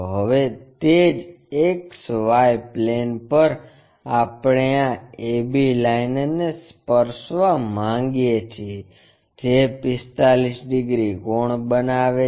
હવે તે જ XY પ્લેન પર આપણે આ a b લાઇનને સ્પર્શવા માગીએ છીએ જે 45 ડિગ્રી કોણ બનાવે છે